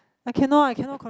I cannot I cannot